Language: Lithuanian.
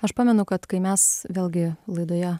aš pamenu kad kai mes vėlgi laidoje